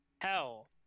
Hell